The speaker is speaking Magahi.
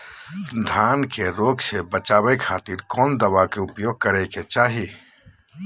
धान के रोग से बचावे खातिर कौन दवा के उपयोग करें कि चाहे?